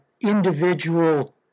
individual